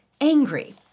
angry